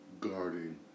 guarding